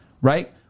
right